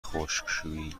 خشکشویی